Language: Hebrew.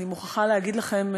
אני מוכרחה להגיד לכם,